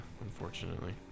unfortunately